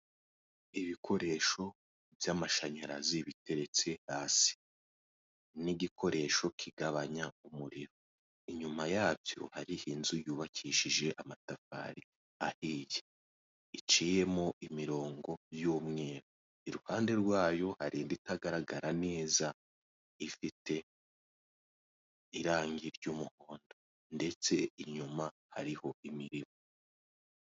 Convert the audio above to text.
Ibikoresho by'amashanyarazi biteretse hasi n'igikoresho, kigabanya umuriro inyuma yacyo hariho inzu yubakishije amatafari ahiye iciyemo imirongo y'umweru iruhande rwayo hari itagaragara neza ifite irangi ry'umuhondo ndetse inyuma hariho imirimo